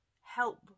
help